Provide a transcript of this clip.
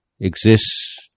exists